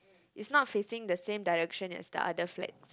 is not facing the same direction as the other flags